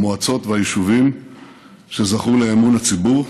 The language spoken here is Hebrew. המועצות והיישובים שזכו לאמון הציבור.